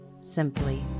simply